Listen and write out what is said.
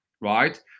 right